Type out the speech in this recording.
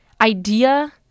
idea